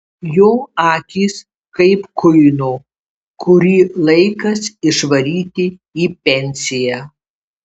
jo akys kaip kuino kurį laikas išvaryti į pensiją